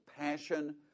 passion